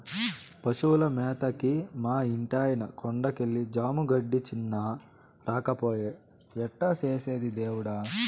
పశువుల మేతకి మా ఇంటాయన కొండ కెళ్ళి జాము గడిచినా రాకపాయె ఎట్టా చేసేది దేవుడా